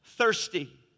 thirsty